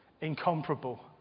incomparable